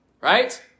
Right